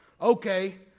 okay